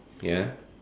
okay ya